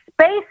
Space